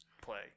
play